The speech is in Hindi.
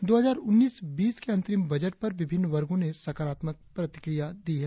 दो हजार उन्नीस बीस के अंतरिम बजट पर विभिन्न वर्गो ने सकारात्मक प्रतिक्रिया दी है